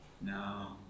No